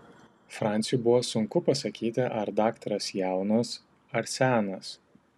franciui buvo sunku pasakyti ar daktaras jaunas ar senas